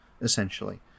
essentially